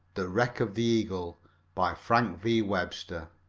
the wreck of the eagle by frank v. webster